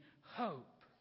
hope